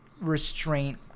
restraint